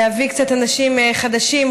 להביא קצת אנשים חדשים,